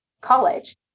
college